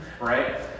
Right